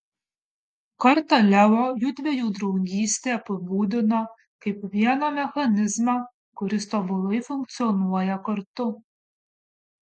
kartą leo jųdviejų draugystę apibūdino kaip vieną mechanizmą kuris tobulai funkcionuoja kartu